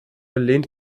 lehnt